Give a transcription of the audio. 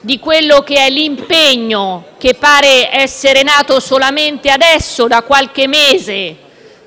dell'impegno che pare essere nato solamente adesso, da qualche mese,